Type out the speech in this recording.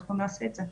אנחנו נעשה את זה.